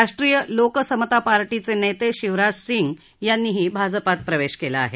राष्ट्रीय लोक समता पार्टीचे नेते शिवराज सिंग यांनीही भाजपात प्रवेश केला आहे